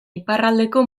iparraldeko